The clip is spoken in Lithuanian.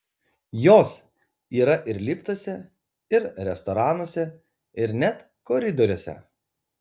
jos yra ir liftuose ir restoranuose ir net koridoriuose